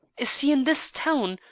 is he in this town,